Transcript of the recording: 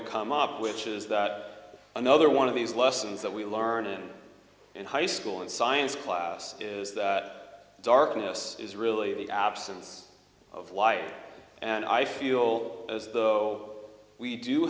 to come up which is that another one of these lessons that we learned in high school in science class is that darkness is really the absence of life and i feel as though we do